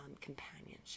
companionship